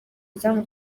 izamu